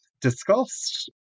discussed